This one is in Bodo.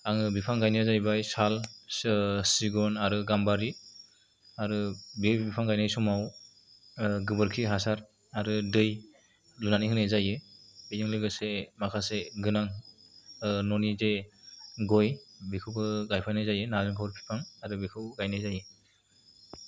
आङो बिफां गायनाया जाहैबाय साल सिगुन आरो गाम्बारि आरो बे बिफां गायनाय समाव गोबोरखि हासार आरो दै लुनानै होनाय जायो बेजों लोगोसे माखासे गोनां न'नि जे गय बेखौबो गायफानाय जायो नारेंखल बिफां आरो बेखौबो गायनाय जायो